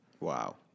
Wow